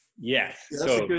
Yes